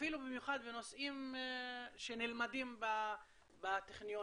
אפילו במיוחד בנושאים שנלמדים בטכניון.